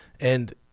And-